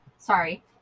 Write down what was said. sorry